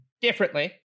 differently